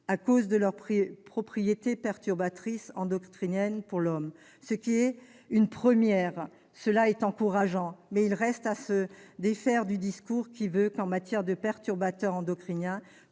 à cause de leurs propriétés perturbatrices endocriniennes pour l'homme. C'est une première ! C'est encourageant, mais il reste à se défaire du discours selon lequel, en matière de perturbateurs endocriniens,